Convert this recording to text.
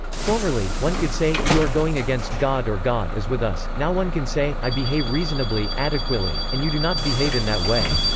formerly, one could say you are going against god or god is with us now one can say i behave reasonably, adequately, and you do not behave in that way.